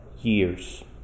years